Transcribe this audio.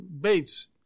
Bates